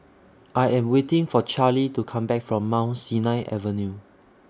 I Am waiting For Charley to Come Back from Mount Sinai Avenue